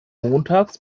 montags